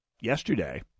yesterday